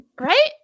Right